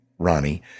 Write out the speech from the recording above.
ronnie